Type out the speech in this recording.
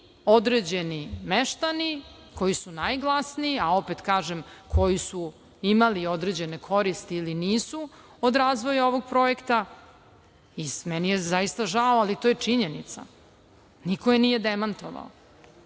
određeni meštani, koji su najglasniji, a opet kažem, koji su imali određene koristi ili nisu od razvoja ovog projekta. Meni je zaista žao, ali to je činjenica, niko je nije demantovao.S